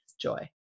Joy